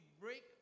break